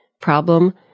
problem